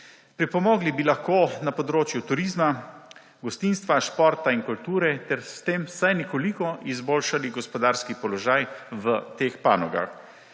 Pripomogli bi lahko na področju turizma, gostinstva, športa in kulture ter s tem vsaj nekoliko izboljšali gospodarski položaj v teh panogah.